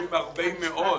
אתם אומרים: הרבה מאוד.